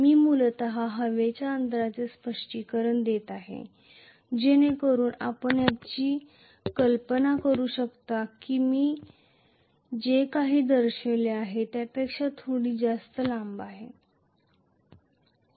मी मूलत हवेच्या अंतराचे स्पष्टीकरण देत आहे जेणेकरून आपण याची कल्पना करू शकता की मी जे काही दर्शविले आहे त्यापेक्षा थोडा जास्त लांब आहे